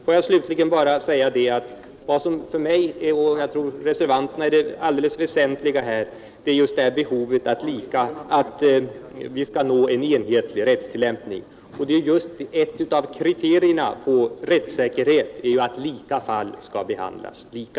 Får jag slutligen bara säga att vad som för mig och jag tror även för reservanterna i övrigt är det väsentliga här är just att vi skall nå en enhetlig rättstillämpning. Ett av kriterierna på rättssäkerhet är ju att lika fall skall behandlas lika.